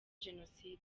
jenoside